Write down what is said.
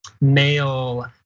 male